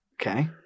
okay